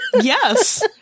Yes